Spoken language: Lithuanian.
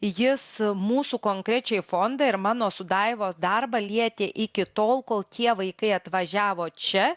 jis mūsų konkrečiai fondą ir mano su daivos darbą lietė iki tol kol tie vaikai atvažiavo čia